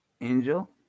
Angel